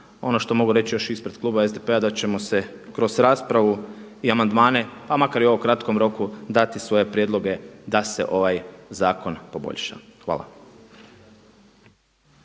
Ono što mogu reći ispred kluba SDP-a da ćemo se kroz raspravu i amandmane pa makar i u ovom kratkom roku dati svoje prijedloge da se ovaj zakon poboljša. Hvala.